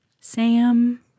Sam